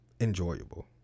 enjoyable